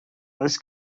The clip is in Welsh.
oes